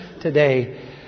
today